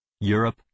Europe